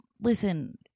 listen